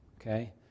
okay